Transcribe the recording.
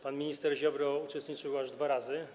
Pan minister Ziobro uczestniczył aż dwa razy.